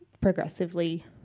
progressively